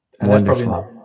Wonderful